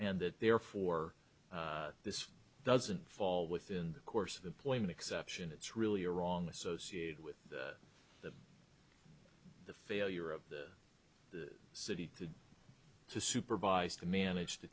and that therefore this doesn't fall within the course of employment exception it's really a wrong associated with the failure of the city to to supervise to manage t